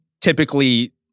typically